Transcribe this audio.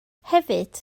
hefyd